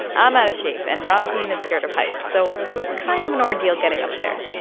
i'm out of shape, and ramtin is scared of heights, so it was kind of an ordeal getting up there.